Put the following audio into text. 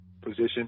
position